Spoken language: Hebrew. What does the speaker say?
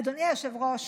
אדוני היושב-ראש,